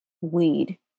weed